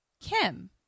Kim